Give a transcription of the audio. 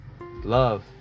Love